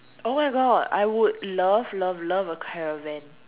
!oh-my-God! I would love love love a caravan